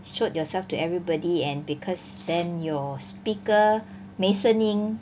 showed yourself to everybody and because then your speaker 没声音